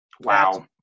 Wow